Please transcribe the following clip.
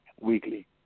weekly